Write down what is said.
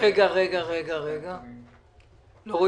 כמה כסף נוצל ולפי הערכה שלכם כמה עוד